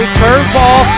curveball